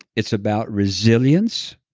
it's about resilience,